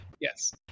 yes